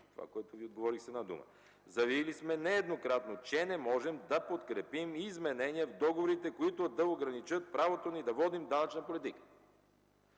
това, което Ви отговорих с една дума. Заявили сме нееднократно, че не можем да подкрепим изменения в договорите, които да ограничат правото ни да водим данъчна политика,